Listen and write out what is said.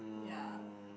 yeah